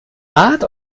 art